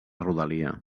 rodalia